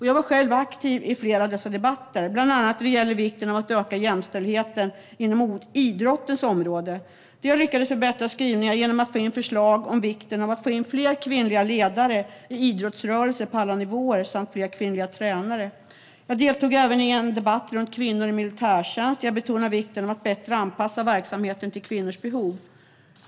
Jag var själv aktiv i flera av dessa debatter, bland annat när det gäller vikten av att öka jämställdheten inom idrottens område, där jag lyckades förbättra skrivningen genom att få in förslag om vikten av att få in fler kvinnliga ledare i idrottsrörelser på alla nivåer samt fler kvinnliga tränare. Jag deltog även i en debatt om kvinnor i militärtjänst, där jag betonade vikten av att bättre anpassa verksamheten till kvinnors behov.